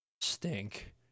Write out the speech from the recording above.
stink